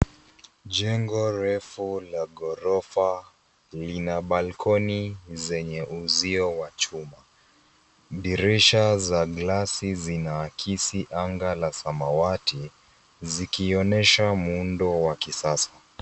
Jengo refu la ghorofa lina balkoni zenye uzio wa chuma. Dirisha za gilasi zinaakisi anga la samawati zikionyesha muundo wa kisasa.